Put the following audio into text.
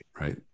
right